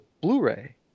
Blu-ray